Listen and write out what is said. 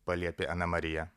paliepė ana marija